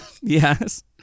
Yes